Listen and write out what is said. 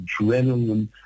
adrenaline